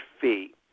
fee